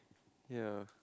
ya